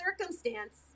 circumstance